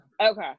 okay